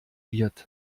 wird